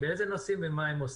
באיזה נושאים ומה הם עושים.